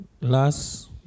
Last